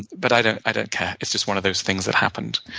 but i don't i don't care. it's just one of those things that happened.